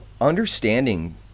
understanding